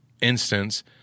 instance